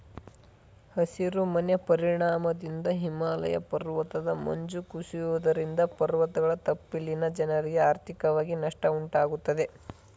ಹಸಿರು ಮನೆ ಪರಿಣಾಮದಿಂದ ಹಿಮಾಲಯ ಪರ್ವತದ ಮಂಜು ಕುಸಿಯುವುದರಿಂದ ಪರ್ವತದ ತಪ್ಪಲಿನ ಜನರಿಗೆ ಆರ್ಥಿಕವಾಗಿ ನಷ್ಟ ಉಂಟಾಗುತ್ತದೆ